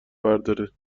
برداره